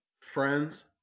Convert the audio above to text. Friends